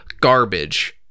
garbage